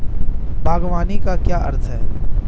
बागवानी का क्या अर्थ है?